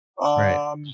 Right